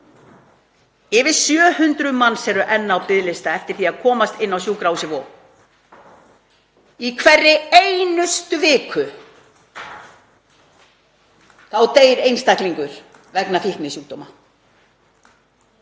Yfir 700 manns eru enn á biðlista eftir því að komast inn á Sjúkrahúsið Vog. Í hverri einustu viku deyr einstaklingur vegna fíknisjúkdóma,